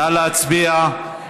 נא להצביע.